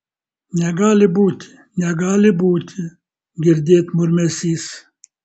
negali būti negali būti girdėt murmesys